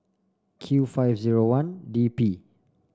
q five zero one DP